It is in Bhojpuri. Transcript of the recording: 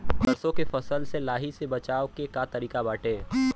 सरसो के फसल से लाही से बचाव के का तरीका बाटे?